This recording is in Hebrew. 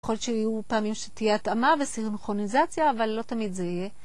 יכול להיות שיהיו פעמים שתהיה טעמה וסרנכרוניזציה, אבל לא תמיד זה יהיה.